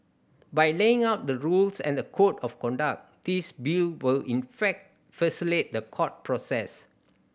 by laying out the rules and the code of conduct this Bill will in fact facilitate the court process